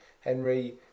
Henry